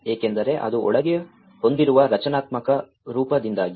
ಏಕೆಂದರೆ ಅದು ಒಳಗೆ ಹೊಂದಿರುವ ರಚನಾತ್ಮಕ ರೂಪದಿಂದಾಗಿ